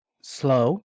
Slow